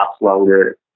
longer